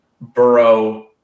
Burrow